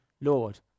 Lord